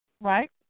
Right